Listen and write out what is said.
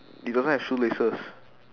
they don't have shoelaces